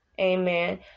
Amen